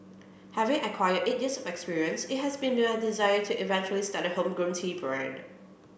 having acquired eight years of experience it has been my desire to eventually start a homegrown tea brand